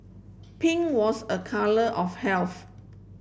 pink was a colour of health